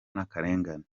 n’akarengane